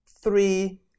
three